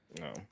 No